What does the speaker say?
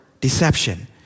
deception